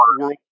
world